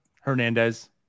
Hernandez